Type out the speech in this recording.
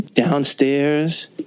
Downstairs